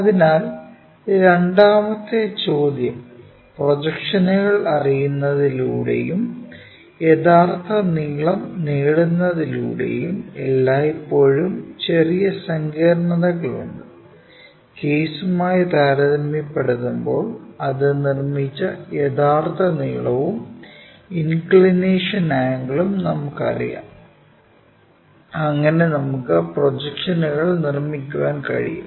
അതിനാൽ രണ്ടാമത്തെ ചോദ്യം പ്രൊജക്ഷനുകൾ അറിയുന്നതിലൂടെയും യഥാർത്ഥ നീളം നേടുന്നതിലൂടെയും എല്ലായ്പ്പോഴും ചെറിയ സങ്കീർണതകളുണ്ട് കേസുമായി താരതമ്യപ്പെടുത്തുമ്പോൾ അത് നിർമ്മിച്ച യഥാർത്ഥ നീളവും ഇൻക്ക്ളിനേഷൻ ആംഗിളും നമുക്കറിയാം അങ്ങനെ നമുക്ക് പ്രൊജക്ഷനുകൾ നിർമ്മിക്കാൻ കഴിയും